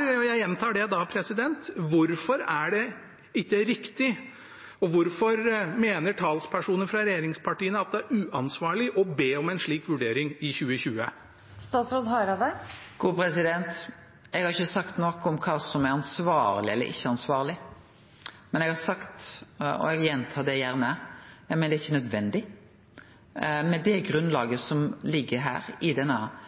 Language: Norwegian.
og jeg gjentar det: Hvorfor er det ikke riktig, og hvorfor mener talspersoner fra regjeringspartiene at det er uansvarlig å be om en slik vurdering i 2020? Eg har ikkje sagt noko om kva som er ansvarleg eller ikkje ansvarleg, men eg har sagt, og eg gjentar det gjerne, at det ikkje er nødvendig. Med det grunnlaget som ligg i denne